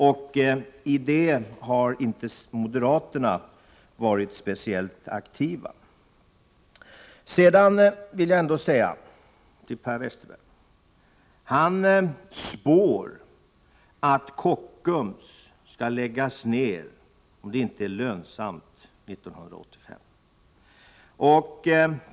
I detta sammanhang har inte moderaterna varit speciellt aktiva. Per Westerberg spår att Kockums skall läggas ner om det inte är lönsamt 1985.